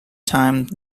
time